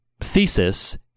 thesis